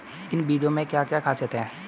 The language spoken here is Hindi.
इन बीज में क्या क्या ख़ासियत है?